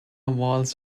walls